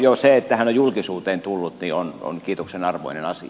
jo se että hän on julkisuuteen tullut on kiitoksen arvoinen asia